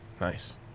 Nice